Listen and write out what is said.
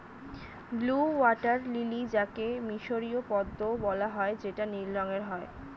blue water lily যাকে মিসরীয় পদ্মও বলা হয় যেটা নীল রঙের হয়